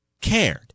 Cared